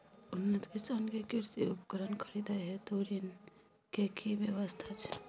छोट किसान के कृषि उपकरण खरीदय हेतु ऋण के की व्यवस्था छै?